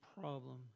problem